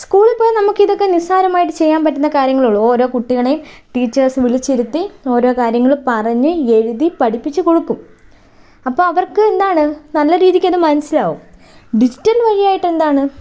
സ്കൂളിൽ പോയാൽ നമുക്ക് ഇതൊക്കെ നിസാരമായിട്ട് ചെയ്യാൻ പറ്റുന്ന കാര്യങ്ങളെ ഉള്ളൂ ഓരോ കുട്ടികളെ ടീച്ചേഴ്സ് വിളിച്ചിരുത്തി ഓരോ കാര്യങ്ങള് പറഞ്ഞ് എഴുതി പഠിപ്പിച്ചു കൊടുക്കും അപ്പോൾ അവർക്ക് എന്താണ് നല്ല രീതിക്ക് അത് മനസ്സിലാവും ഡിജിറ്റൽ വഴിയായിട്ട് എന്താണ്